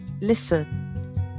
listen